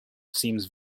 seems